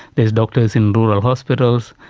there's doctors in rural hospitals,